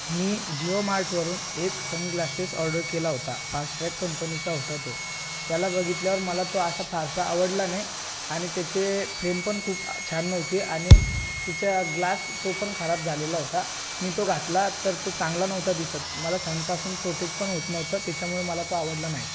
मी जियोमार्टवरून एक sunglasses order केला होता फास्टट्रॅक कंपनीचा होता तो त्याला बघितल्यावर मला तो असा फारसा आवडला नाही आणि त्याचे फ्रेम पण खूप छान नव्हती आणि तिच्या ग्लास तो पण खराब झालेला होता मी तो घातला तर तो चांगला नव्हता दिसत मला सनपासून प्रोटेक्टपण होत नव्हतं त्याच्यामुळे मला तो आवडला नाही